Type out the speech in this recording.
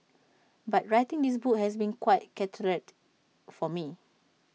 but writing this book has been quite cathartic for me